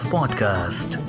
Podcast